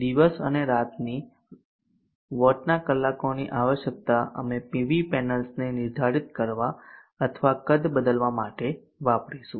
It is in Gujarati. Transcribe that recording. દિવસ અને રાતની વોટના કલાકોની આવશ્યકતા અમે પીવી પેનલ્સને નિર્ધારિત કરવા અથવા કદ બદલવા માટે વાપરીશું